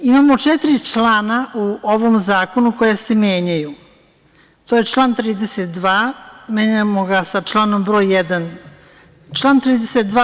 Imamo četiri člana u ovom zakonu koja se menjaju - član 32, menjamo ga sa članom broj 1. Članom 32.